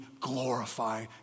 glorify